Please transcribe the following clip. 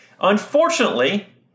Unfortunately